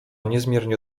niezmiernie